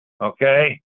okay